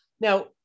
Now